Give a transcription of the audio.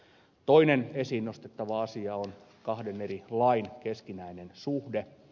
toinen esiin nostettava asia on kahden eri lain keskinäinen suhde